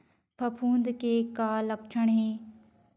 फफूंद के का लक्षण हे?